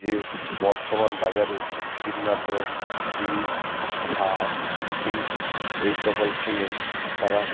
যে বর্তমান বাজারে কীটনাশক বিষ সার বীজ এই সকল কিনে তারা